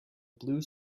blue